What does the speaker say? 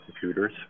computers